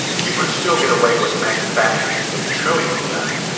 you could still get away with manufacturing a trillion of them,